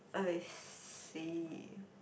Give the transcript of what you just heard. I see